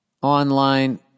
Online